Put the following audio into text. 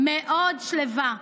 מאוד שלווה,